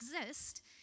exist